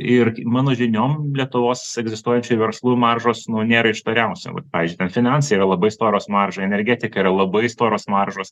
ir mano žiniom lietuvos egzistuojančiai verslų maržos nu nėra ištoriausių vat pavyzdžiui ten finansai yra labai storos marža energetika yra labai storos maržos